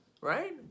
Right